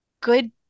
good